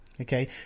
okay